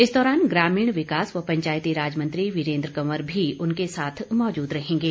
इस दौरान ग्रामीण विकास व पंचायती राज मंत्री वीरेंद्र कंवर भी उनके साथ मौजूद रहेंगे